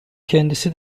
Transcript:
kendisi